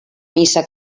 missa